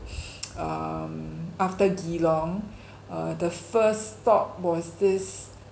um after geelong uh the first stop was this